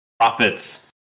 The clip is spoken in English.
profits